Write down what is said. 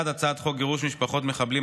1. הצעת חוק גירוש משפחות מחבלים,